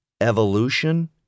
evolution